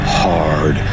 hard